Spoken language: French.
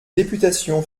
députation